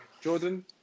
jordan